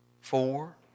four